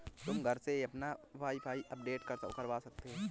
तुम घर से ही अपना के.वाई.सी अपडेट करवा सकते हो